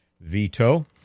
veto